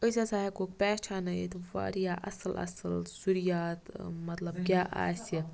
أسۍ ہَسا ہیٚکو پِہچانٲیِتھ وارِیاہ اَصٕل اَصٕل زُریات مَطلَب کیاہ آسہِ